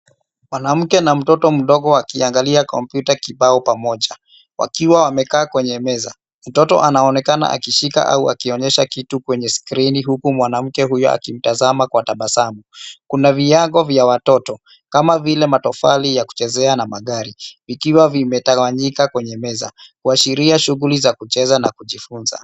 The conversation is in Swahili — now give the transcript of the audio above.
Mwanamke na mtoto mdogo wakiangalia kompyuta kibao pamoja. Wakiwa wamekaa kwenye meza. Mtoto anaonekana akishika au akionyesha kitu kwenye skrini huku mwanamke huyo akimtazama kwa tabasamu. Kuna Vinyago vya watoto, kama vile matofali ya kuchezea na magari, vikiwa vimetawanyika kwenye meza; kuashiria shughuli za kucheza na kujifunza.